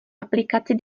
aplikaci